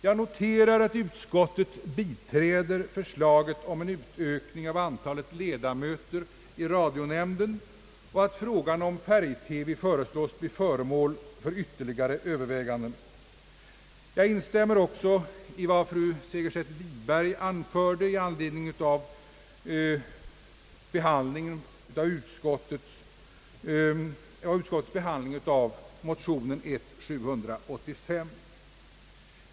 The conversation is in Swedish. Jag noterar att utskottet biträder förslaget om en utökning av antalet ledamöter i radionämnden och att frågan om färg-TV föreslås bli föremål för ytterligare överväganden. Jag instämmer vidare i vad fru Segerstedt Wiberg anförde i anledning av utskottets behandling av motionen I: 785.